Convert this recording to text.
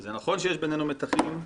זה נכון, שיש בינינו מתחים.